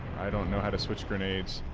i don't know how to switch from aids